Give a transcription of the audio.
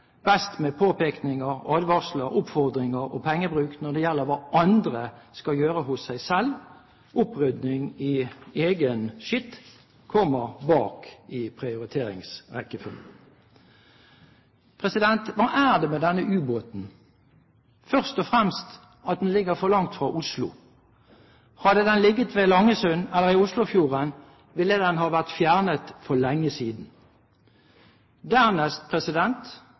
best med påpekninger, advarsler, oppfordringer og pengebruk når det gjelder hva andre skal gjøre hos seg selv. Opprydning i egen skitt kommer bak i prioriteringsrekkefølgen. Hva er det med denne ubåten? Først og fremst ligger den for langt fra Oslo. Hadde den ligget ved Langesund eller i Oslofjorden ville den ha vært fjernet for lenge siden. Dernest er